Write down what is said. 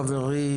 חברי,